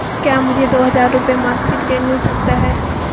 क्या मुझे दो हज़ार रुपये मासिक ऋण मिल सकता है?